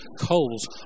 coals